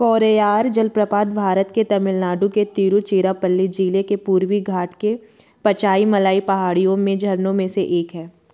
कोरैयार जलप्रपात भारत के तमिलनाडु के तिरुचिरापल्ली ज़िले के पूर्वी घाट के पचाईमलाई पहाड़ियों में झरनों में से एक है